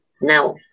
Now